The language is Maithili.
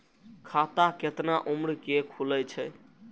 खाता केतना उम्र के खुले छै?